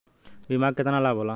बीमा के केतना लाभ होला?